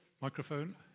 Microphone